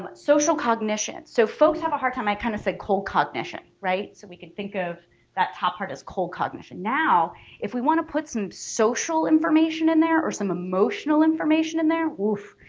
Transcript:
but social cognition. so folks have a hard time, i kind of said cold cognition, so we can think of that top part is cold cognition. now if we want to put some social information in there or some emotional information in there, oof,